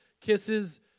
kisses